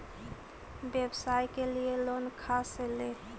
व्यवसाय के लिये लोन खा से ले?